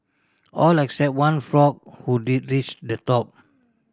all except one frog who did reach the top